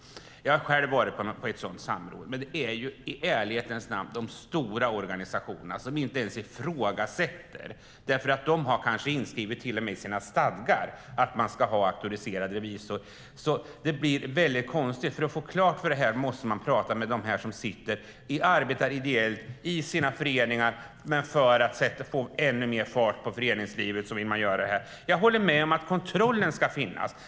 Jag har själv varit på ett sådant samråd. Men i ärlighetens namn gäller det de stora organisationerna, som inte ens ifrågasätter detta därför att de kanske till och med har inskrivet i sina stadgar att de ska ha auktoriserad revisor. Det blir väldigt konstigt. För att få klarhet måste man prata med dem som arbetar ideellt i sina föreningar. Men man vill göra det här för att få ännu mer fart på föreningslivet. Jag håller med om att kontrollen ska finnas.